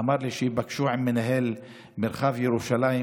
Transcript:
והוא אמר לי שייפגשו עם מנהל מרחב ירושלים.